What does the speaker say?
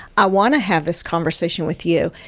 i want to have this conversation with you.